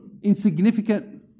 Insignificant